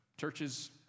churches